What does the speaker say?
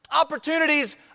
Opportunities